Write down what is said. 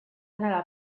nella